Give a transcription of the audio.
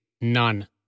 none